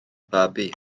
babi